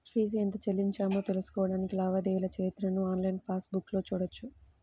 fee ఎంత చెల్లించామో తెలుసుకోడానికి లావాదేవీల చరిత్రను ఆన్లైన్ పాస్ బుక్లో చూడొచ్చు